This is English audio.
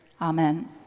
Amen